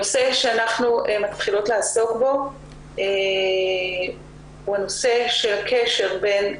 נושא שאנחנו מתחילות לעסוק בו הוא הנושא שלהקשר בין